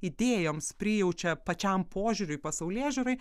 idėjoms prijaučia pačiam požiūriui pasaulėžiūrai